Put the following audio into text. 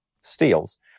steals